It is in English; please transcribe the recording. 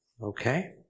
Okay